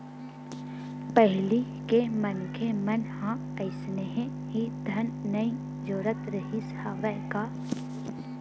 पहिली के मनखे मन ह अइसने ही धन नइ जोरत रिहिस हवय गा